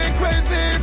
crazy